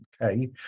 Okay